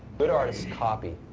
good artists copy.